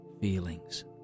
feelings